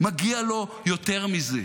מגיע לו יותר מזה.